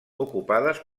ocupades